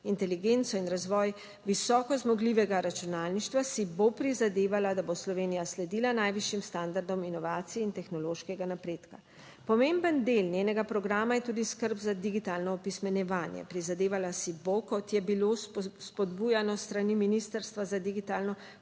inteligenco in razvoj visoko zmogljivega računalništva si bo prizadevala, da bo Slovenija sledila najvišjim standardom inovacij in tehnološkega napredka. Pomemben del njenega programa je tudi skrb za digitalno opismenjevanje. Prizadevala si bo, kot je bilo spodbujano s strani Ministrstva za digitalno